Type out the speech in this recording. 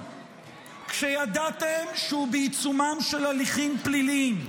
כשידעתם שהוא בעיצומם של הליכים פליליים.